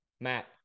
Matt